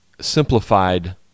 simplified